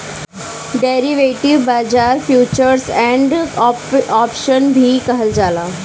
derivative बाजार futures and option भी कहल जाला